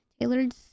tailored